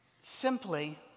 Simply